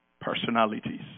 personalities